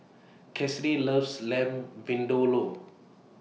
Kassidy loves Lamb Vindaloo